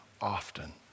often